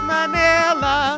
Manila